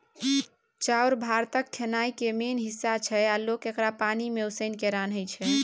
चाउर भारतक खेनाइ केर मेन हिस्सा छै आ लोक एकरा पानि मे उसनि केँ रान्हय छै